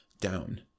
down